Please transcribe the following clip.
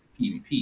PvP